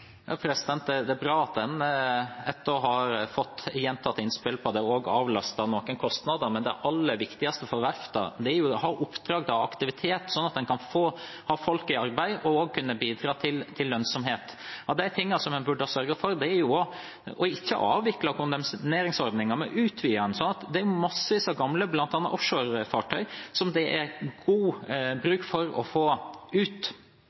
Det er bra at en etter å ha fått gjentatte innspill om det, også avlaster noen kostnader, men det aller viktigste for verftene er å ha oppdrag og aktivitet, slik at en kan ha folk i arbeid og bidra til lønnsomhet. Av det en burde ha sørget for, er ikke å avvikle kondemneringsordningen, men utvide den. Det er massevis av bl.a. gamle offshore-fartøy som det er god bruk for å få ut